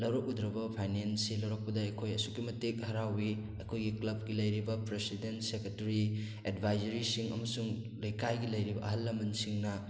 ꯂꯧꯔꯛꯎꯗ꯭ꯔꯕ ꯐꯥꯏꯅꯦꯜꯁꯦ ꯂꯧꯔꯛꯄꯗ ꯑꯩꯈꯣꯏ ꯑꯁꯨꯛꯀꯤ ꯃꯇꯤꯛ ꯍꯔꯥꯎꯏ ꯑꯩꯈꯣꯏꯒꯤ ꯀ꯭ꯂꯕꯀꯤ ꯂꯩꯔꯤꯕ ꯄ꯭ꯔꯁꯤꯗꯦꯟ ꯁꯦꯀ꯭ꯔꯦꯇꯔꯤ ꯑꯦꯗꯕꯥꯏꯖꯔꯤꯁꯤꯡ ꯑꯃꯁꯨꯡ ꯂꯩꯗꯥꯏꯒꯤ ꯂꯩꯔꯤꯕ ꯑꯍꯜ ꯂꯃꯟꯁꯤꯡꯅ